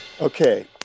okay